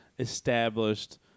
established